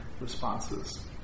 responses